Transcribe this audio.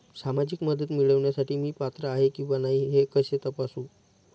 सामाजिक मदत मिळविण्यासाठी मी पात्र आहे किंवा नाही हे कसे तपासू?